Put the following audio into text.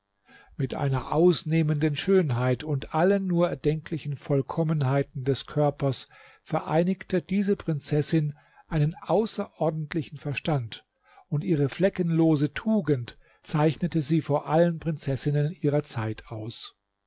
mit einer ausnehmenden schönheit und allen nur erdenklichen vollkommenheiten des körpers vereinigte diese prinzessin einen außerordentlichen verstand und ihre fleckenlose tugend zeichnete sie vor allen prinzessinnen ihrer zeit aus